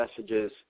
messages